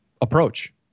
approach